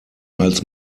als